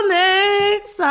next